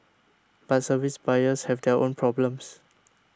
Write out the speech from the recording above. but service buyers have their own problems